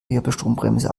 wirbelstrombremse